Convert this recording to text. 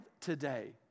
today